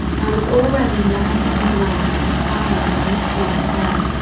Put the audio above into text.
i was already lying on the ground and crying when this dream began,